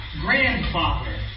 Grandfather